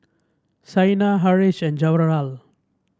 Saina Haresh and Jawaharlal